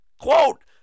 Quote